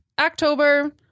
October